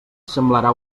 semblarà